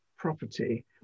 property